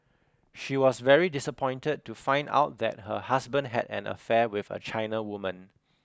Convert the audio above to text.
she was very disappointed to find out that her husband had an affair with a China woman